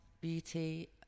beauty